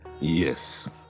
Yes